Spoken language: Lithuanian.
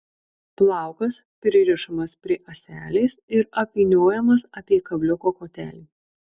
plaukas pririšamas prie ąselės ir apvyniojamas apie kabliuko kotelį